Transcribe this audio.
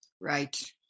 Right